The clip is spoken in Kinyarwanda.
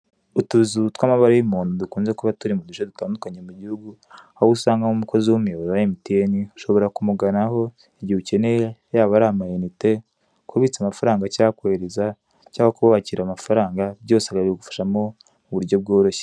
Utuzu tw'amabara y'umuhondo dukunze kuba turi mu duce dutandukanye mu gihugu, aho usanga nk'umukozi w'umuyoboro wa emutiyeni ushobora kumuganaho igihe ukeneye yaba ari amayinite, kubitsa amafaranga cyangwa kohereza, cyangwa kuba wakira amafaranga byose babigufashamo mu buryo bworoshye.